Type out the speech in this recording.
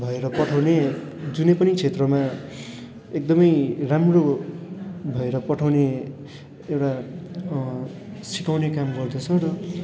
भएर पठाउने जुनै पनि क्षेत्रमा एकदमै राम्रो भएर पठाउने एउटा सिकाउने काम गर्दछ र